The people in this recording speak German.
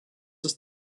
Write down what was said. ist